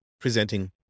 presenting